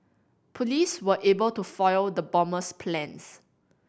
police were able to foil the bomber's plans